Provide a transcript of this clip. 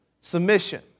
submission